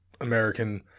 American